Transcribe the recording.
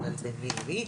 לא יודעת בין מי למי.